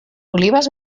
olives